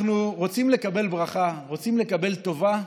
אנחנו רוצים לקבל ברכה, רוצים לקבל טובה,